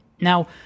Now